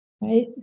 right